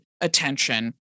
attention